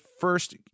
first